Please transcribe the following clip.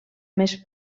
més